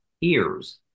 ears